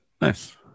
nice